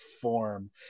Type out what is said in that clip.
form